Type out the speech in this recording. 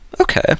Okay